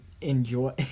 enjoy